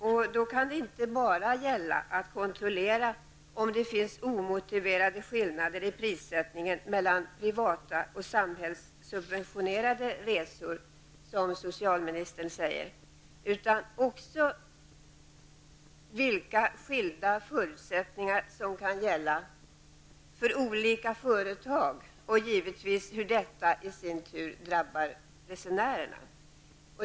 Då gäller det inte enbart att kontrollera om det finns omotiverade skillnader i prissättning mellan privata och samhällssubventionerade resor, som socialministern säger, utan också vilka skilda förutsättningar som kan gälla för olika företag, och givetvis även hur detta i sin tur drabbar resenärerna.